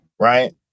right